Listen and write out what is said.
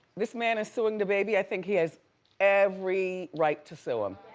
this man is suing dababy, i think he has every right to sue him.